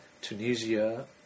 Tunisia